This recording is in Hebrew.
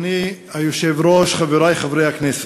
אדוני היושב-ראש, חברי חברי הכנסת,